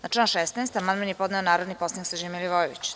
Na član 16. amandman je podneo narodni poslanik Srđan Milivojević.